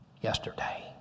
yesterday